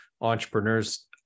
entrepreneurs